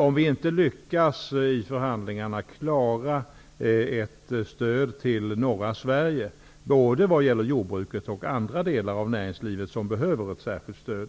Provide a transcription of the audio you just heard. Om vi inte lyckas att i förhandlingarna klara ett stöd till norra Sverige både vad gäller jordbruket och andra delar av näringslivet som behöver ett särskilt stöd,